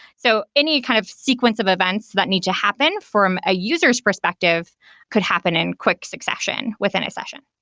so any kind of sequence of events that need to happen from a user's perspective could happen in quick succession within a session.